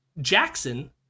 Jackson